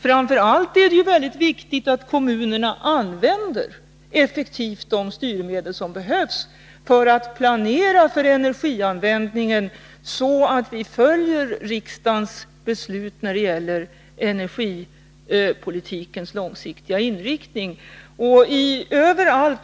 Framför allt är det mycket viktigt att kommunerna effektivt använder de styrmedel som behövs för att planera för energianvändningen, så att vi följer riksdagens beslut när det gäller energipolitikens långsiktiga inriktning.